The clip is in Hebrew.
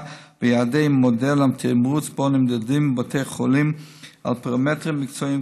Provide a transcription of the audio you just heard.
ביעדי מודל התמרוץ שבו נמדדים בתי החולים על פי פרמטרים מקצועיים,